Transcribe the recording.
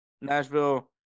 Nashville